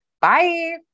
Bye